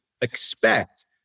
expect